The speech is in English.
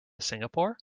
singapore